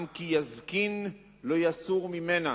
גם כי יזקין לא יסור ממנה.